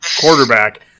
quarterback